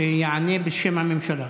שיענה בשם הממשלה.